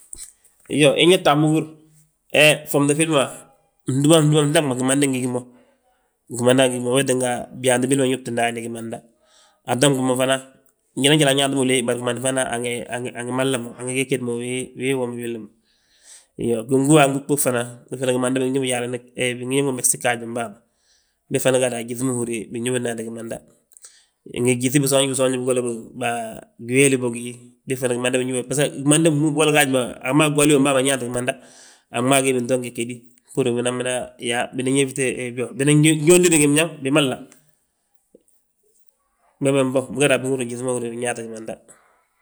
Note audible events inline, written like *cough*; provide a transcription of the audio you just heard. Iyoo, inyalte a múgur, he ffomte filli ma fndúba, fndúba, fndaŋ ma gimandi ngi gí mo, gimanda wi gi gi mo. Wee tinga, byaanti billi ma nyóbti ndaani gimanda, atonɓi ma fana njaloo njali anyaanti be uleey bari gimanda fana; angi mahla angi gege mo wii womi willi ma. Iyoo, gingúwagug bóg fana, bég fana ndi gimanda bingi ñób mo megesi gaajom bàa ma. Bég fana gadu a gyíŧi ma húri binyóbdi ndaani gimanda. Ngi gyíŧi bisoonji bisoonji bigolla bógi, baa giwéli bógi, bég fana gimandi bingi yóbodi, *unintelligible* gimandi mbúŋ bigolla gaaji ma, a gmaa gwaliyom bàa ma nyaanti gimanda. A gmaa gi binto ngegegi, búri binan mada yaa, *unintelligible* biñaŋ bimahla, bembe nboŋ bigadu a gyíŧi ma húrin yaa binyaanti gimanda;